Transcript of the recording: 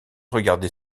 regardé